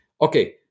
Okay